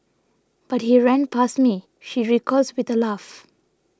but he ran past me she recalls with a laugh